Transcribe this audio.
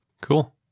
Cool